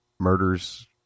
murder's